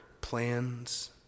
plans